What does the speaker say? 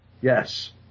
yes